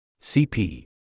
CP